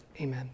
amen